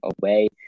away